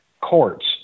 courts